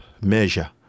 measure